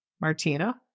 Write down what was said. Martina